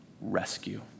Rescue